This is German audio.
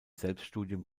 selbststudium